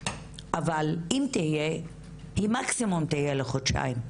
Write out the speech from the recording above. היא תהיה לחודשיים מקסימום,